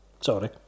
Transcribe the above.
Sorry